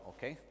Okay